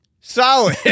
solid